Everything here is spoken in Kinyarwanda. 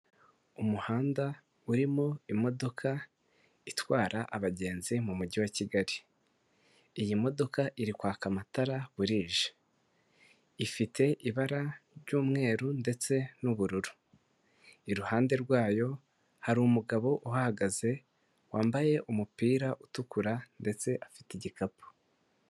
Umuhanda urimo imodoka itwara abagenzi mu mujyi wa kigali, iyi modoka iri kwaka amatara buji, ifite ibara ry'umweru ndetse n'ubururu, iruhande rwayo hari umugabo uhahagaze wambaye umupira utukura ndetse afite igikapu.